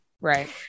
Right